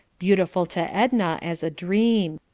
beautiful to edna as a dream.